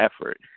effort